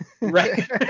right